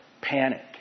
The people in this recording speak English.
panic